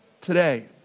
today